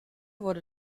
wurde